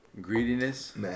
Greediness